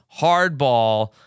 hardball